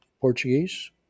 Portuguese